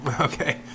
Okay